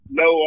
no